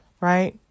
right